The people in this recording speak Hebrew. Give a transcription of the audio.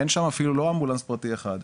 אין שם אפילו לא אמבולנס פרטי אחד,